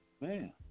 Man